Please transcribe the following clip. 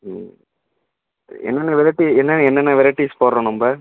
ம் என்னென்ன வெரைட்டி என்ன என்னென்ன வெரைட்டீஸ் போடறோம் நம்ப